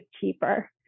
cheaper